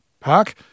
park